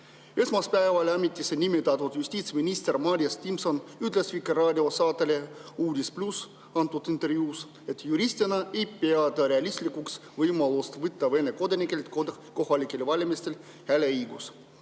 Esmaspäeval ametisse nimetatud justiitsminister Madis Timpson ütles Vikerraadio saatele "Uudis+" antud intervjuus, et juristina ei pea ta realistlikuks võimalust võtta Vene kodanikelt kohalikel valimistel hääleõigus.